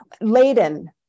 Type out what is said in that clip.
laden